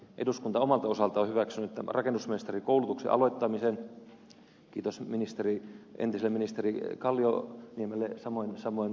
eduskunta omalta osaltaan on hyväksynyt rakennusmestarikoulutuksen aloittamisen kiitos entiselle ministerille kallioniemelle samoin ed